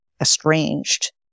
estranged